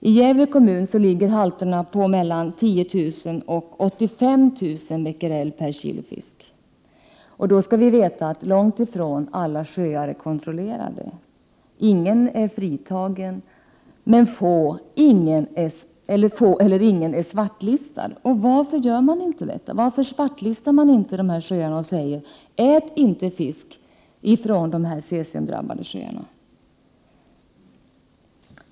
I Gävle kommun ligger halterna på mellan 10 000 och 85 000 becquerel per kilo fisk. Då skall vi veta att långt ifrån alla sjöar är kontrollerade. Ingen är fritagen, men ingen är svartlistad. Varför svartlistar man inte dessa sjöar och säger: Ät inte fisk från dessa cesiumdrabbade sjöar?